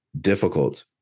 difficult